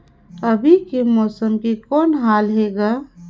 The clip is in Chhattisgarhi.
अभी के मौसम के कौन हाल हे ग?